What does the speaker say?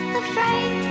afraid